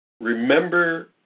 Remember